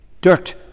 Dirt